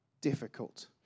difficult